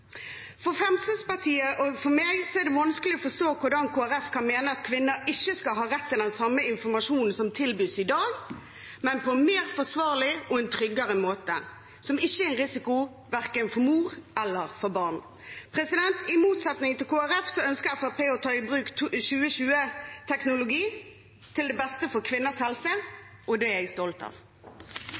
For Fremskrittspartiet og meg er det vanskelig å forstå hvordan Kristelig Folkeparti kan mene at kvinner ikke skal ha rett til den samme informasjonen som tilbys i dag, men på en mer forsvarlig og tryggere måte, som ikke er en risiko for verken mor eller barn. I motsetning til Kristelig Folkeparti ønsker Fremskrittspartiet å ta i bruk 2020-teknologi til det beste for kvinners helse, og det er jeg stolt av.